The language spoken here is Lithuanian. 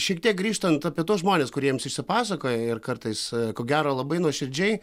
šiek tiek grįžtant apie tuos žmones kurie jums išsipasakoja ir kartais ko gero labai nuoširdžiai